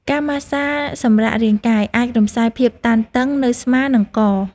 ការម៉ាស្សាសម្រាករាងកាយ អាចរំសាយភាពតឹងណែននៅស្មា និងក។